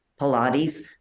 Pilates